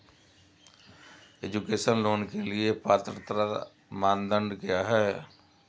Education loan के लिए पात्रता मानदंड क्या है?